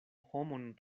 homon